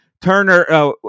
Turner